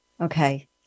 Okay